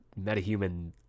metahuman